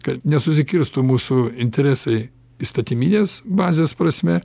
kad nesusikirstų mūsų interesai įstatyminės bazės prasme